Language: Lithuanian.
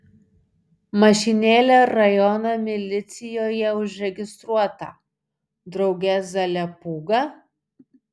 mašinėlė rajono milicijoje užregistruota drauge zaliapūga